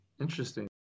Interesting